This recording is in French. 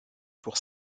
pour